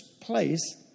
place